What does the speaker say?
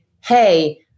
hey